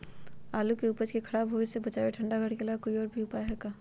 आलू के उपज के खराब होवे से बचाबे ठंडा घर के अलावा कोई और भी उपाय है का?